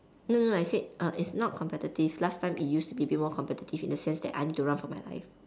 no no no I said err it's not competitive last time it used to be a bit more competitive in the sense that I need to run for my life